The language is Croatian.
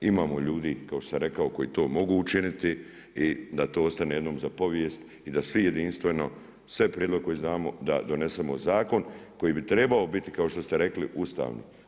Imamo ljudi kao što sam rekao koji to mogu učiniti i da to ostane jednom za povijest i da svi jedinstveno, sve prijedloge koje znamo da donesemo zakon koji bi trebao biti kao što ste rekli ustavni.